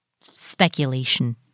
speculation